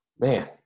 man